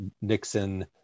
nixon